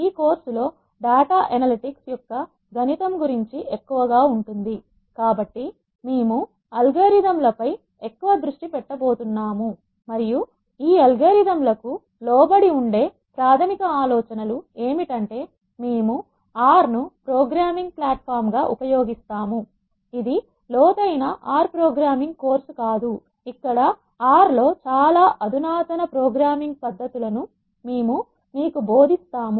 ఈ కోర్సులో data analytics యొక్క గణితము గురించి ఎక్కువగా ఉంటుంది కాబట్టి మేము అల్గోరిథంలపై పై ఎక్కువ దృష్టి పెట్టబోతున్నాము మరియు ఈ అల్గోరిథం లకు లోబడి ఉండే ప్రాథమిక ఆలోచనలు ఏమిటంటే మేము ఆర్ ను ప్రోగ్రామింగ్ ప్లాట్ ఫామ్ గా ఉపయోగిస్తాము ఇది లోతైన ఆర్ ప్రోగ్రామింగ్ కోర్సు కాదు ఇక్కడ ఆర్ లో చాలా అధునాతన ప్రోగ్రామింగ్ పద్ధతులను మేము మీకు బోదిస్తాము